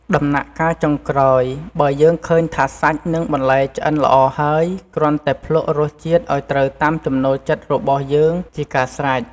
ដំណាក់កាលចុងក្រោយ បើយើងឃើញថាសាច់និងបន្លែឆ្អិនល្អហើយ គ្រាន់តែភ្លក្សរសជាតិឱ្យត្រូវតាមចំណូលចិត្តរបស់យើងជាការស្រេច។